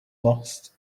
lost